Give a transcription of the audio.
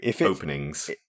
openings